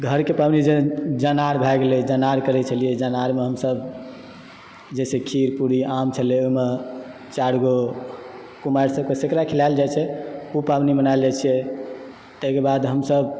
घरके पबनी जनार भै गेलै जनार करैत छलियै जनारमे हमसभ जे से खीर पूड़ी आम छलय ओहिमे चारिगो कुमारिसभके तेकरा खिलायल जाइ छै ओ पाबनि मनायल जाइत छियै ताहिके बाद हमसभ